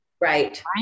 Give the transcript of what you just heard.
Right